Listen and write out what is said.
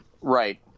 Right